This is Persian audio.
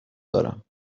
دارم